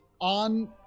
on